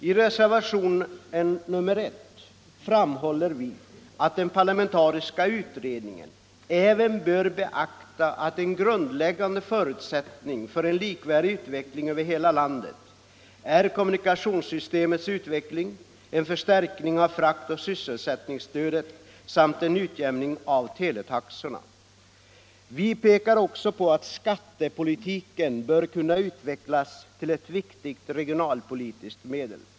I reservation nr 1 framhåller vi att den parlamentariska utredningen även bör beakta att en grundläggande förutsättning för en likvärdig utveckling över hela landet är kommunikationssystemets utveckling, en förstärkning av fraktoch sysselsättningsstödet samt en utjämning av teletaxorna. Vi pekar också på att skattepolitiken bör kunna utvecklas till ett viktigt regionalpolitiskt medel.